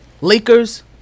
Lakers